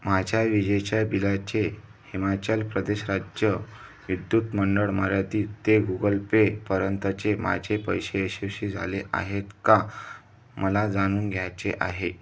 माझ्या विजेच्या बिलाचे हिमाचल प्रदेश राज्य विद्युत मंडळ मर्यादित ते गुगल पेपर्यंतचे माझे पैसे यशस्वी झाले आहेत का मला जाणून घ्यायचे आहे